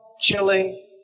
chilling